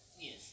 Yes